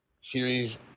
series